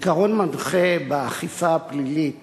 עיקרון מנחה באכיפה הפלילית